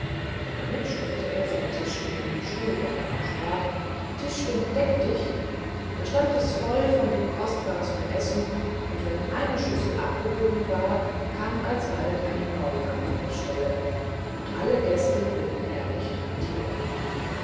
damit stellte er sein tischgen in die stube sprach tischgen deck dich da stand es voll von dem kostbarsten essen und wenn eine schüssel abgehoben war kam alsbald eine neue an ihre stelle und alle gäste wurden herrlich tractirt